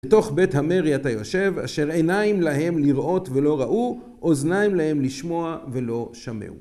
בתוך בית המרי אתה יושב, אשר עיניים להם לראות ולא ראו, אוזניים להם לשמוע ולא שמעו.